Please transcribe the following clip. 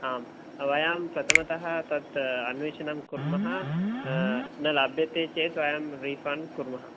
आं वयं प्रथमतः तत् अन्वेषणं कुर्मः न लभ्यते चेत् वयं रीफण्ड् कुर्मः